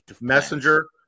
Messenger